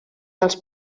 els